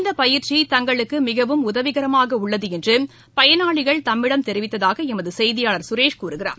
இந்த பயிற்சி தங்களுக்கு மிகவும் உதவிகரமாக உள்ளது என்று பயனாளிகள் தம்மிடம் தெரிவித்தாக எமது செய்தியாளர் சுரேஷ் கூறுகிறார்